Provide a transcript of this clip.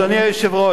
אדוני היושב-ראש,